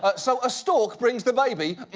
ah so a stork brings the baby?